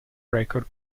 record